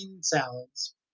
salads